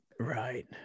Right